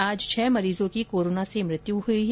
आज छह मरीजों की कोरोना से मृत्यु हुई है